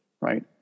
right